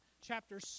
chapter